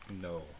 No